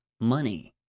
money